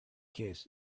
case